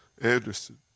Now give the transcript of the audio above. Anderson